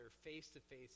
face-to-face